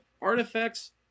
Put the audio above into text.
Artifacts